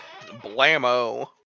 blammo